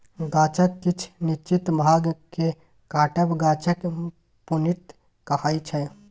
गाछक किछ निश्चित भाग केँ काटब गाछक प्रुनिंग कहाइ छै